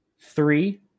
three